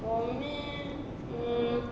probably mm